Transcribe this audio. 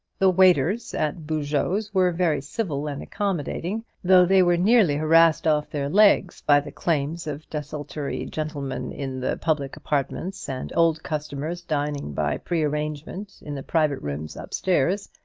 the waiters at boujeot's were very civil and accommodating, though they were nearly harassed off their legs by the claims of desultory gentlemen in the public apartments, and old customers dining by pre-arrangement in the private rooms up-stairs.